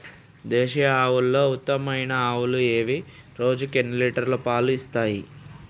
దేశీయ ఆవుల ఉత్తమమైన ఆవులు ఏవి? రోజుకు ఎన్ని లీటర్ల పాలు ఇస్తాయి?